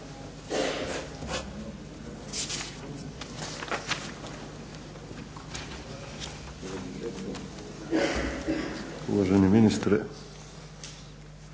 Uvaženi ministre,